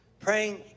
Praying